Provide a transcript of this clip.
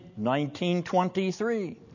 1923